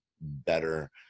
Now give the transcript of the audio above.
better